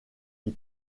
qui